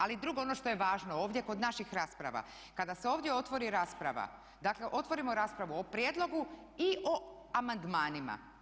Ali drugo, ono što je ovdje važno ovdje kod naših rasprava kada se ovdje otvori rasprava, dakle otvorimo raspravu o prijedlogu i o amandmanima.